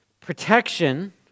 Protection